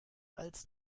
als